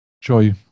joy